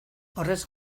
horrez